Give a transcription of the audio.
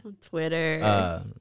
Twitter